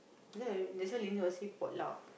pasal that's why Lin was saying potluck